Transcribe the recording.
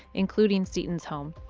including seaton's home.